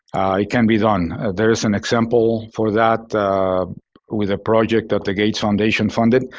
it can be done. there is an example for that with a project that the gates foundation funded,